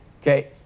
Okay